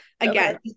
again